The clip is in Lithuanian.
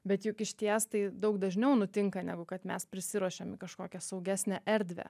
bet juk išties tai daug dažniau nutinka negu kad mes prisiruošėm į kažkokią saugesnę erdvę